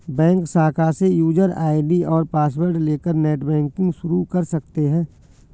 bank शाखा से user ID और पॉसवर्ड लेकर नेटबैंकिंग शुरू कर सकते है